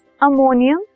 ammonium